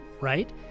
Right